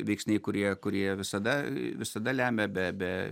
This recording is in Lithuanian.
veiksniai kurie kurie visada visada lemia be be